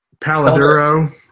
Paladuro